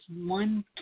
one